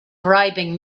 bribing